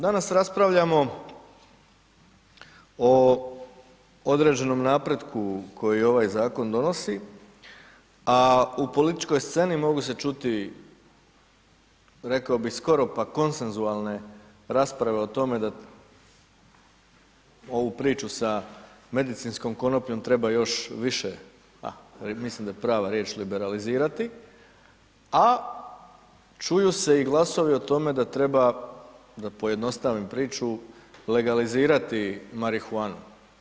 Danas raspravljamo o određenom napretku koji ovaj zakon donosi, a u političkoj sceni mogu se čuti rekao bi skoro pa konsenzualne rasprave o tome da ovu priču sa medicinskom konopljom treba još više, a mislim da je prava riječ liberalizirati, a čuju se i glasovi o tome da treba, da pojednostavim priču legalizirati marihuanu.